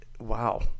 wow